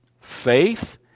faith